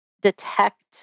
detect